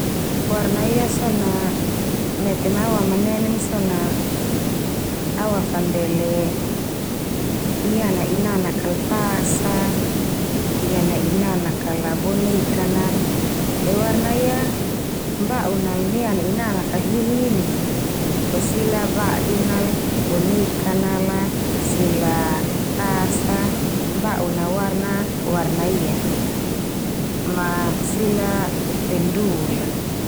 Warna ia so na mete ma awamanenen so na, awafandele niana inanak al tas a, niana inanak kala bonekan al te warna ia ba'un nal niana inanak al hinin nia fo sila badu nal boneka nala, sila tas a, ba'un na warna, warna ia, ma sila bendul al.